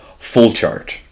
Fullchart